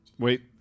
Wait